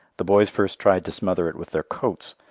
the boys first tried to smother it with their coats,